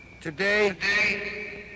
Today